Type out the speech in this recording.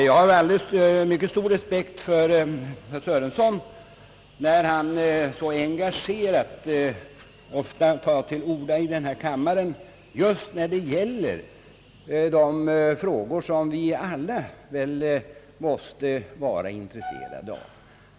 Jag har mycket stor respekt för herr Sörenson när han, som ofta sker, engagerat tar till orda här i kammaren just i frågor som vi alla väl måste vara intresserade av.